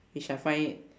which I find it